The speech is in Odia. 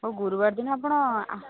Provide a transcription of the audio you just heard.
ହଉ ଗୁରୁବାର ଦିନ ଆପଣ